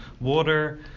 water